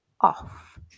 off